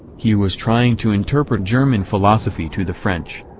he was trying to interpret german philosophy to the french.